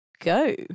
go